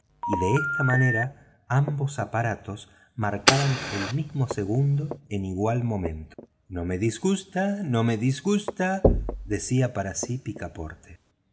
y de esta manera ambos aparatos marcaban el mismo segundo en igual momento no me disgusta no me disgusta decía para sí picaporte